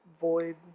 void